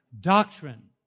Doctrine